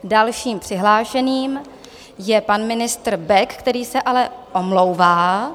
Dalším přihlášeným je pan ministr Bek, který se ale omlouvá.